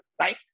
right